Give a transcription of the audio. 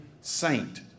saint